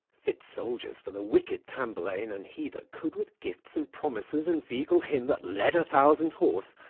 fit soldiers for the wicked tamburlaine and he that could with gifts and promises inveigle him that led a thousand horse,